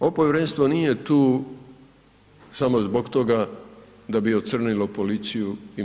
Ovo povjerenstvo nije tu samo zbog toga da bi ocrnilo policiju i MUP.